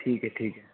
ठीक आहे ठीक आहे